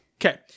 Okay